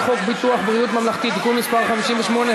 חוק ביטוח בריאות ממלכתי (תיקון מס' 58),